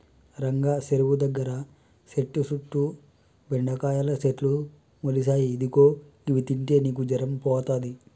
రంగా సెరువు దగ్గర సెట్టు సుట్టు బెండకాయల సెట్లు మొలిసాయి ఇదిగో గివి తింటే నీకు జరం పోతది